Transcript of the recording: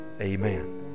Amen